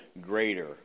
greater